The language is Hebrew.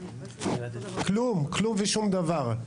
כלום, כלום ושום דבר.